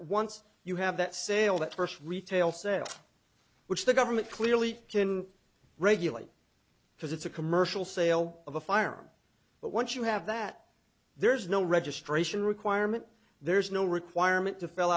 once you have that sale that first retail sale which the government clearly can regulate because it's a commercial sale of a firearm but once you have that there is no registration requirement there's no requirement to fill